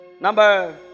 Number